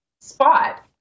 spot